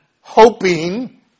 hoping